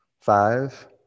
Five